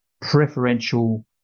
preferential